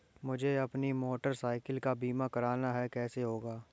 मुझे अपनी motor cycle का बीमा करना है कैसे होगा?